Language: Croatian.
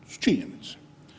To su činjenice.